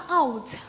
out